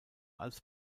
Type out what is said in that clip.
als